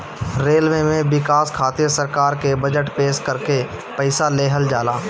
railway में बिकास खातिर सरकार के बजट पेश करके पईसा लेहल जाला